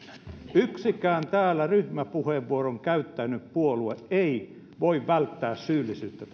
yksikään täällä ryhmäpuheenvuoron käyttänyt puolue ei voi välttää syyllisyyttä